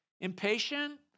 impatient